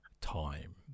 time